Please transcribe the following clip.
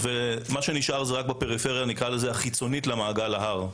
מה שנשאר זה רק בפריפריה החיצונית למעגל ההר,